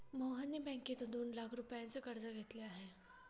मोहनने बँकेतून दोन लाख रुपयांचे कर्ज घेतले आहे